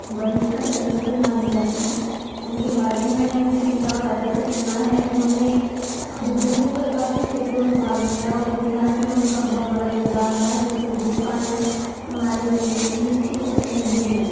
वंशज वंशज माने जाते हैं उनके बारे में मैंने अपने पिता और दादा से सुना है उन्होंने विभिन्न प्रकार के क्षेत्रों में भाग लिया और इतिहास में उनका बहुत बड़ा योगदान रहा है जिसको भूल पाना हमारे लिए निश्चित नहीं है